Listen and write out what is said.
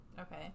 Okay